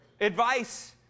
advice